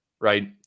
Right